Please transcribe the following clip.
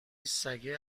سگه